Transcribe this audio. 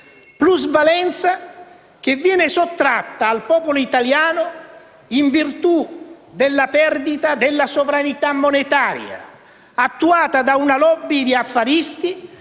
plusvalenza viene sottratta al popolo italiano in virtù della perdita della sovranità monetaria, attuata da una *lobby* di affaristi